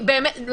לא.